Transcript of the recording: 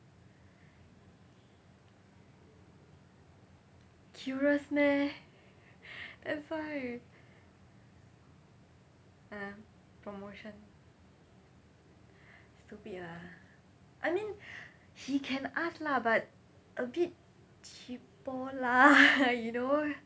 curious meh that's why uh promotion stupid ah I mean he can ask lah but a bit cheapo lah you know